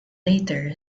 later